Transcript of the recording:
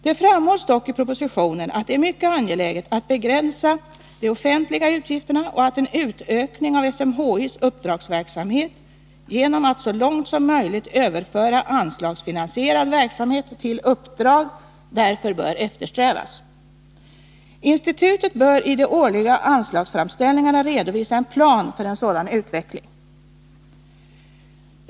Det framhålls dock i propositionen att det är mycket angeläget att begränsa de offentliga utgifterna och att en utökning av SMHI:s uppdragsverksamhet genom att man så långt som möjligt överför anslagsfinansierad verksamhet till uppdrag därför bör eftersträvas. Institutet bör i de årliga anslagsframställningarna redovisa en plan för en sådan utveckling.